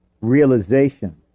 realization